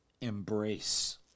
embrace